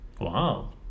Wow